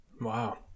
Wow